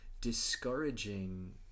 discouraging